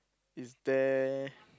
is there